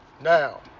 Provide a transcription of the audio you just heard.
Now